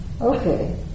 okay